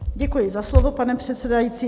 Děkuji za slovo, pane předsedající.